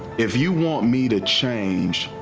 if you want me to change,